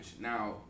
Now